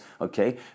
okay